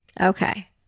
Okay